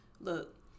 look